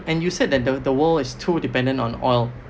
and you said that the the world is too dependent on oil